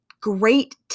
great